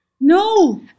No